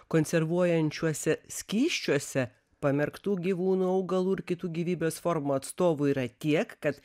konservuojančiuose skysčiuose pamerktų gyvūnų augalų ir kitų gyvybės formų atstovai yra tiek kad